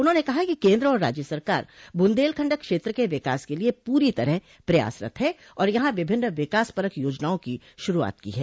उन्होंने कहा कि केन्द्र और राज्य सरकार बुंदेलखंड क्षेत्र के विकास के लिये पूरी तरह पप्रयासरत है और यहां विभिन्न विकासपरक योजनाओं की शुरूआत की है